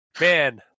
Man